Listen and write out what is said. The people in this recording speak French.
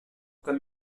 comme